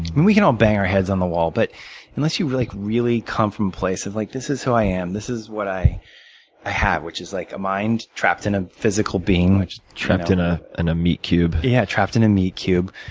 and we can all bang our heads on the wall. but unless you really really come from a place of like this is who i am, this is what i i have, which is like a mind trapped in a physical being trapped in a and a meat cube. yeah, trapped in a meat cube.